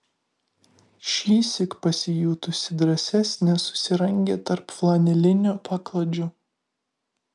šįsyk pasijutusi drąsesnė susirangė tarp flanelinių paklodžių